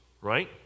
right